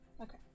Okay